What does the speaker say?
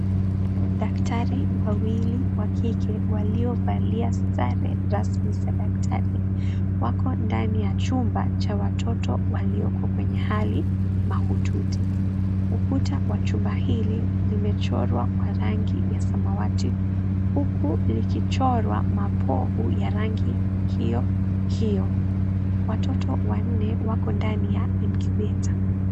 Daktari wawili wa kike waliovalia sare rasmi za daktari, wako ndani ya chumba, cha watoto walioko kwenye hali, mahututi, ukuta wa chumba hili limechorwa kwa rangi ya samawati, huku likichorwa mapovu ya rangi hiyo, watoto wanne wako ndani ya, (cs)incubator(cs).